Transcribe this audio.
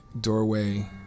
doorway